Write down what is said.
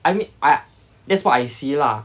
I mean I that's what I see lah